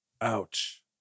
Ouch